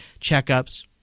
checkups